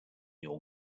your